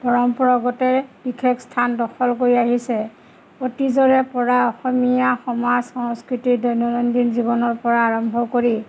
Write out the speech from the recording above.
পৰম্পৰাগতেৰে বিশেষ স্থান দখল কৰি আহিছে অতীজৰে পৰা অসমীয়া সমাজ সংস্কৃতিৰ দৈনন্দিন জীৱনৰ পৰা আৰম্ভ কৰি